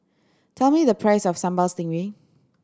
tell me the price of Sambal Stingray